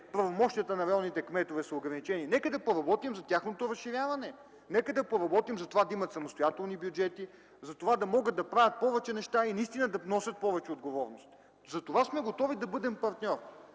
правомощията на районните кметове са ограничени. Нека да поработим за тяхното разширяване. Нека да поработим да имат самостоятелни бюджети, да могат да правят повече неща и наистина да носят повече отговорност. За това сме готови да бъдем партньори,